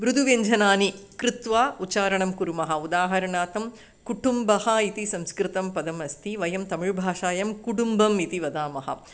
मृदुव्यञ्जनानि कृत्वा उच्चारणं कुर्मः उदाहरणार्थं कुटुम्बः इति संस्कृतं पदमस्ति वयं तमिळ्भाषायां वयं कुडुम्बम् इति वदामः